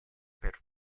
per